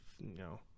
no